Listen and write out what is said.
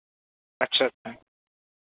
अच्छा अच्छा